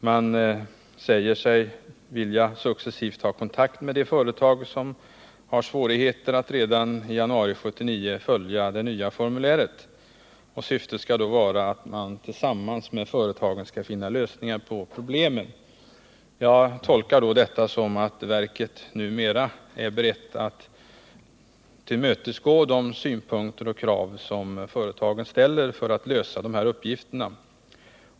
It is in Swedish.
Verket sägs vilja successivt ta kontakt med de företag som har svårigheter att redan i januari 1979 följa det nya formuläret. Syftet skall vara att verket tillsammans med företagen skall finna lösningar på problemen. Jag tolkar detta som att verket numera är berett att tillmötesgå de synpunkter och krav som företagen lägger fram för att lösa de här uppgifterna.